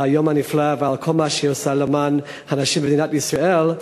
היום הנפלא ועל כל מה שהיא עושה למען הנשים במדינת ישראל.